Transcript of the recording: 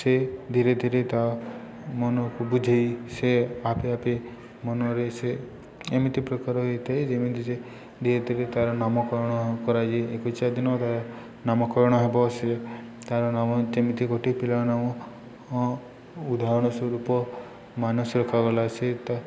ସେ ଧୀରେ ଧୀରେ ତା ମନକୁ ବୁଝେଇ ସେ ଆପେ ଆପେ ମନରେ ସେ ଏମିତି ପ୍ରକାର ହୋଇଥାଏ ଯେମିତି ଯେ ଧୀରେ ଧୀରେ ତା'ର ନାମକରଣ କରାଯାଇ ଏକୋଇଶିଆ ଦିନ ତା ନାମକରଣ ହେବ ସେ ତା'ର ନାମ ଯେମିତି ଗୋଟିଏ ପିଲା ନାମ ଉଦାହରଣ ସ୍ୱରୂପ ମାନସ ରଖାଗଲା ସେ ତା